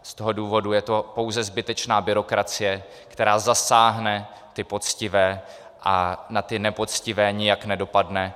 Z toho důvodu je to pouze zbytečná byrokracie, která zasáhne ty poctivé a na ty nepoctivé nijak nedopadne.